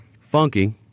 funky